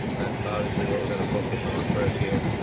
that's obviously what we're gonna focus on first here